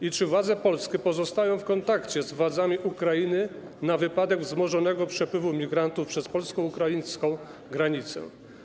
I czy władze polskie pozostają w kontakcie z władzami Ukrainy na wypadek wzmożonego przepływu migrantów przez polsko-ukraińską granicę?